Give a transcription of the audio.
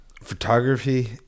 photography